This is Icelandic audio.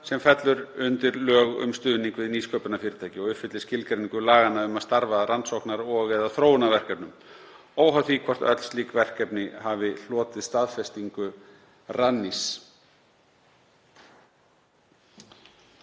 sem fellur undir lög um stuðning við nýsköpunarfyrirtæki og uppfyllir skilgreiningu laganna um að starfa að rannsóknar- og/eða þróunarverkefnum, óháð því hvort öll slík verkefni hafi hlotið staðfestingu Rannís.